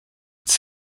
its